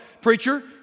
preacher